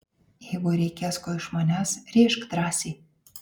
jeigu reikės ko iš manęs rėžk drąsiai